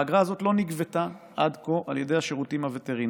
האגרה הזאת לא נגבתה עד כה על ידי השירותים הווטרינריים,